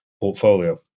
portfolio